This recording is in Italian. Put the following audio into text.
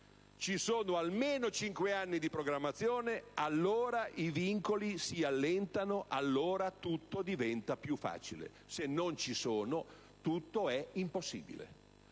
ci sono almeno cinque anni di programmazione, allora i vincoli si allentano e tutto diventa più facile. Se non ci sono, tutto è impossibile.